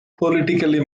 politically